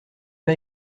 pas